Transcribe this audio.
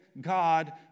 God